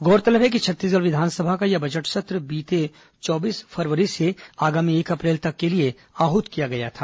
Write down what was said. गौरतलब है कि छत्तीसगढ़ विधानसभा का यह बजट सत्र बीते चौबीस फरवरी से आगामी एक अप्रैल तक के लिए आहूत किया गया था